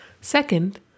Second